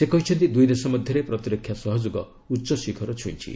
ସେ କହିଛନ୍ତି ଦୁଇଦେଶ ମଧ୍ୟରେ ପ୍ରତିରକ୍ଷା ସହଯୋଗ ଉଚ୍ଚଶିଖର ହୁଇଁଛି